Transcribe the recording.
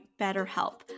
BetterHelp